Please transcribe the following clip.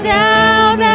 down